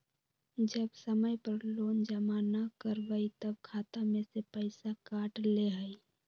जब समय पर लोन जमा न करवई तब खाता में से पईसा काट लेहई?